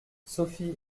sophie